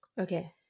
Okay